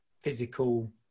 physical